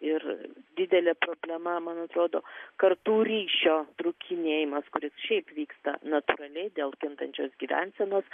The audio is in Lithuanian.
ir didelė problema man atrodo kartų ryšio trūkinėjimas kuris šiaip vyksta natūraliai dėl kintančios gyvensenos